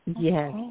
Yes